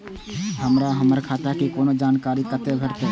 हमरा हमर खाता के कोनो जानकारी कतै भेटतै?